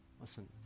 listen